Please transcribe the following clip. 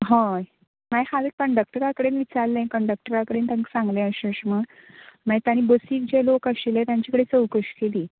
हय हांवें खाली कंडक्टरा कडेन विचारल्लें कंडक्टरा कडेन तांक् सांगलें अश् अश् म्हूण मागीर ताणें बसीक जे लोक आशिल्ले तांचे कडेन चवकशी केली